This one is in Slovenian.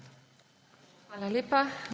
Hvala lepa.